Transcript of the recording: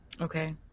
Okay